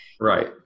Right